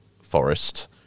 forest